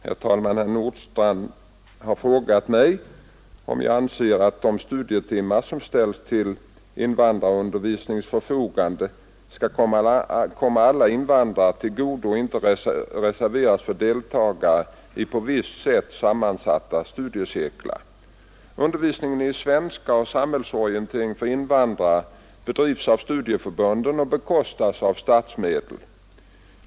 Herr talman! Herr Nordstrandh har frågat mig om jag anser att de studietimmar som ställs till invandrarundervisningens förfogande skall komma alla invandrare till godo och inte reserveras för deltagare i på visst sätt sammansatta studiecirklar. Undervisningen i svenska och samhällsorientering för invandrare bedrivs av studieförbunden och bekostas av statsmedel.